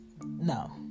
no